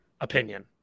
Opinion